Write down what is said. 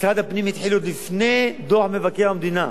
משרד הפנים התחיל עוד לפני דוח מבקר המדינה,